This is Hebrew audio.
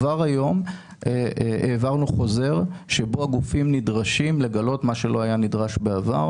כבר היום העברנו חוזר שבו הגופים נדרשים לגלות מה שלא היה נדרש בעבר.